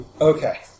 Okay